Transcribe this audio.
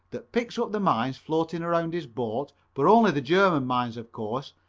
that picks up the mines floating around his boat, but only the german mines of course,